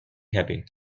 happy